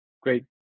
great